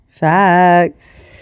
Facts